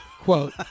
quote